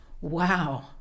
wow